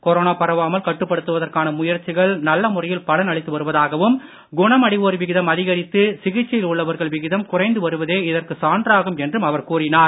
corona பரவாமல் கட்டுப்படுத்துவதற்கான முயற்சிகள் நல்ல முறையில் பலன் அளித்து வருவதாகவும் குணமடைவோர் விகிதம் அதிகரித்து சிகிச்சையில் உள்ளவர்கள் விகிதம் குறைந்து வருவதே இதற்குச் சான்றாகும் என்றும் அவர் கூறினார்